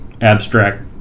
abstract